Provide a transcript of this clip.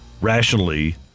rationally